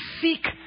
seek